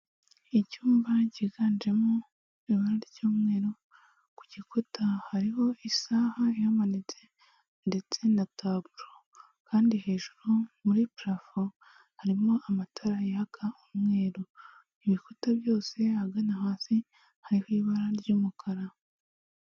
Icyumba cyiganjemo ibara ry'umweru ku gikuta hariho isaha ihamanitse ndetse na taburo, kandi hejuru muri prafo harimo amatara yaka umweru ibikuta byose ahagana hasi hariho ibara ry'umukara.